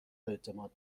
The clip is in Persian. اعتماد